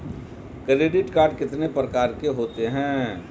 Credit card कितने प्रकार के होते हैं?